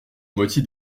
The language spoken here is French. moitié